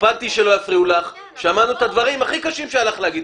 הקפדתי שלא יפריעו לך ושמענו את הדברים הכי קשים שהיה לך לומר.